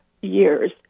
years